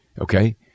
Okay